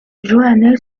joannès